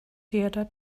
theatre